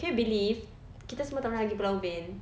can you believe kita semua tak pernah gi pulau ubin